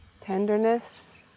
Tenderness